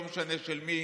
לא משנה של מי,